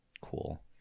cool